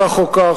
כך או כך,